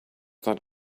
that